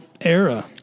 era